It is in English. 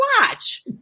watch